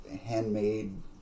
handmade